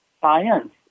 science